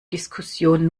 diskussion